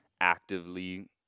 actively